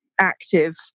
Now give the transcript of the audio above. active